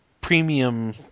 premium